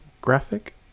graphic